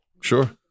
Sure